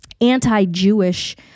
anti-Jewish